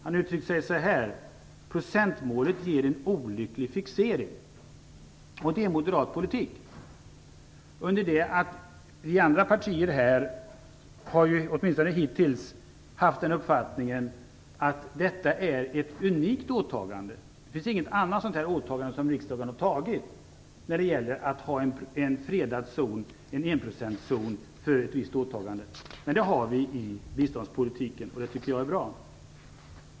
Han uttryckte sig så här: Procentmålet ger en olycklig fixering. Det är moderat politik, under det att vi andra partier här åtminstone hittills har haft uppfattningen att detta är ett unikt åtagande. Det finns inget annat sådant åtagande som riksdagen har gjort när det gäller att ha en fredad zon, en enprocentszon, för ett visst åtagande. Men det har vi i biståndspolitiken och det tycker jag är bra.